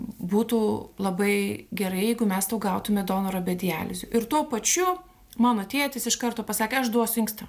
būtų labai gerai jeigu mes tau gautume donorą be dializių tuo pačiu mano tėtis iš karto pasakė aš duosiu inkstą